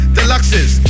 Deluxes